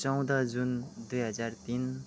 चौध जुन दुई हजार तिन